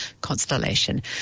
constellation